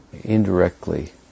indirectly